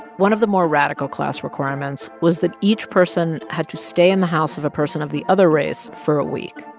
one of the more radical class requirements was that each person had to stay in the house of a person of the other race for a week,